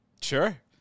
Sure